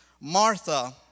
Martha